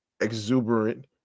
exuberant